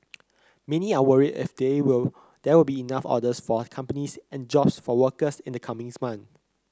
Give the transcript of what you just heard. many are worried if there will there will be enough orders for the companies and jobs for workers in the coming months